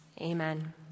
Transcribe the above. amen